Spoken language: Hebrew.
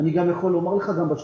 ואני יכול לומר לך שגם בשטחים,